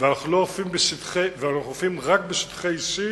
ואנחנו אוכפים רק בשטחי C,